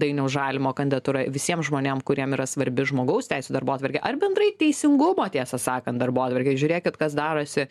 dainiaus žalimo kandidatūra visiem žmonėm kuriem yra svarbi žmogaus teisių darbotvarkė ar bendrai teisingumo tiesą sakan darbotvarkė žiūrėkit kas darosi